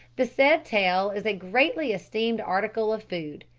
the said tail is a greatly esteemed article of food,